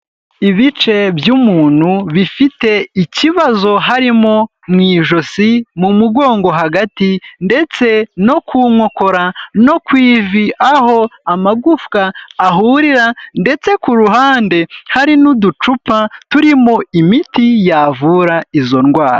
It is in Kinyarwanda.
Ibice by'umuntu bifite ikibazo harimo mu ijosi, mu mugongo hagati ndetse no ku nkokora, no ku ivi aho amagufwa ahurira ndetse ku ruhande hari n'uducupa turimo imiti yavura izo ndwara.